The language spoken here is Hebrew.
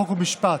חוק ומשפט.